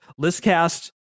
Listcast